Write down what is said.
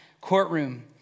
courtroom